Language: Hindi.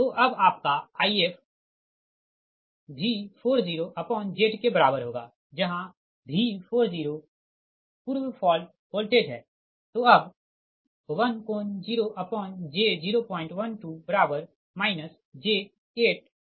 तो अब आपका If V40Z के बराबर होगा जहाँ V40 पूर्व फॉल्ट वोल्टेज है तो अब 1∠0j012 j833 pu